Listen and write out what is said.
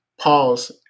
pause